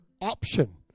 option